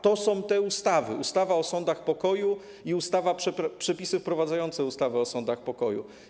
To są te ustawy, tj. ustawa o sądach pokoju i ustawa - Przepisy wprowadzające ustawę o sądach pokoju.